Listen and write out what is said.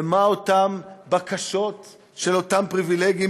ומה אותן בקשות של אותם פריבילגים?